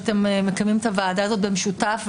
שאתם מקיימים את הוועדה הזאת במשותף,